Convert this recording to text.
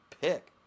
pick